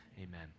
amen